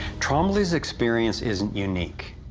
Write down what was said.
trombly's experience isn't unique.